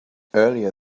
earlier